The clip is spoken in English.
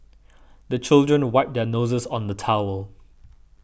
the children wipe their noses on the towel